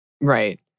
Right